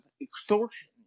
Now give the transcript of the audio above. extortion